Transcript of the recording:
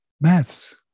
Maths